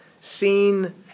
seen